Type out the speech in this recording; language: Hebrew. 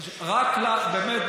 באמת,